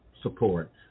support